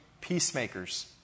peacemakers